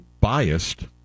biased